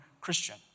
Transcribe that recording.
Christian